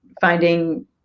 finding